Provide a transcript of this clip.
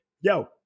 yo